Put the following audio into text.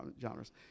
genres